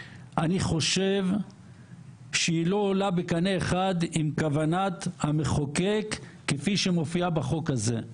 אני חושב שהיא לא עולה בקנה אחד עם כוונת המחוקק כפי שמופיעה בחוק הזה.